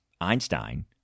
Einstein